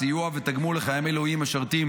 סיוע ותגמול לחיילי מילואים המשרתים